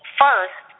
first